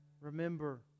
Remember